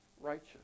righteous